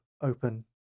open